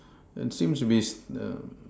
that seems to be s~ uh